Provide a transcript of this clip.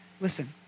Listen